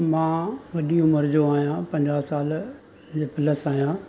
मां वॾी उमिरि जो आहियां पंजाहु साल जे प्लस आहियां